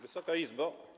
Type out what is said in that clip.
Wysoka Izbo!